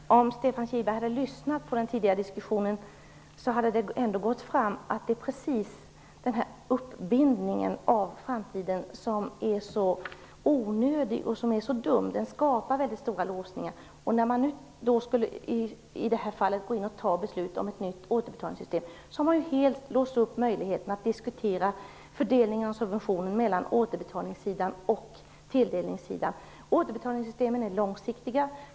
Herr talman! Om Stefan Kihlberg hade lyssnat på den tidigare diskussionen hade det framgått att det är precis denna uppbindning inför framtiden som är så onödig och så dum. Det skapar väldigt stora låsningar. När man i detta fall skall fatta beslut om ett nytt återbetalningssystem har man helt låst möjligheterna att diskutera fördelningen av subventioner mellan återbetalningssidan och tilldelningssidan. Återbetalningssystemen är långsiktiga.